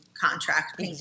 contract